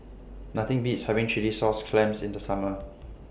Nothing Beats having Chilli Sauce Clams in The Summer